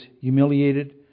humiliated